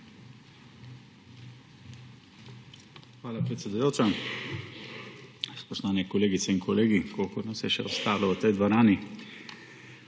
Hvala, predsedujoča. Spoštovane kolegice in kolegi, kolikor nas je še ostalo v tej dvorani!